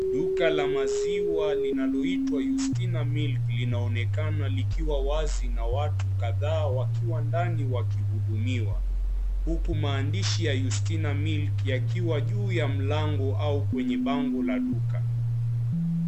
Duka la maziwa linaloitwa Ustina Milk linaonekana likiwa wazi na watu kadhaa wakiwa ndani wakihudumiwa huku maandishi ya Ustina Milk yakiwa juu ya mlango au kwenye bango la duka.